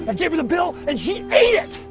i gave her the bill, and she ate it!